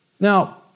Now